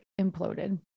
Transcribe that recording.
imploded